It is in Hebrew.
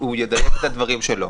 הוא ידייק את הדברים שלו.